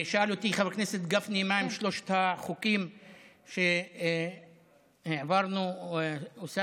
שאל אותי חבר הכנסת גפני מהם שלושת החוקים שהעברנו אוסאמה,